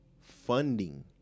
funding